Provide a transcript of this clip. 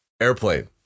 airplane